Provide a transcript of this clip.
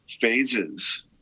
phases